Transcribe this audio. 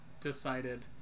decided